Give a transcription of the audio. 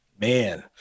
Man